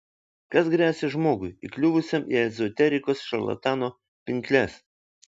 kas gresia žmogui įkliuvusiam į ezoterikos šarlatano pinkles